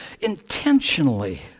intentionally